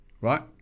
Right